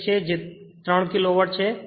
6 છે અને તે 3 કિલોવોટ છે